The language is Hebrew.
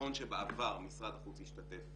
נכון שבעבר משרד החוץ השתתף